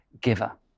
giver